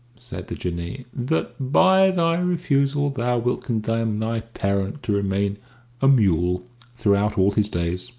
said the jinnee, that by thy refusal thou wilt condemn thy parent to remain a mule throughout all his days.